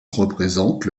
représente